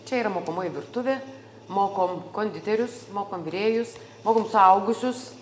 čia yra mokomoji virtuvė mokom konditerius mokom virėjus mokom suaugusius